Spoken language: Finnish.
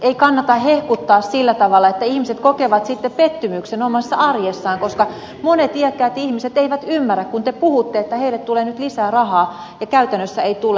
ei kannata hehkuttaa sillä tavalla että ihmiset kokevat sitten pettymyksen omassa arjessaan koska monet iäkkäät ihmiset eivät ymmärrä kun te puhutte että heille tulee nyt lisää rahaa ja käytännössä ei tule